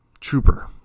trooper